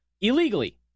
illegally